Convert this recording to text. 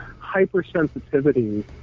hypersensitivity